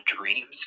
dreams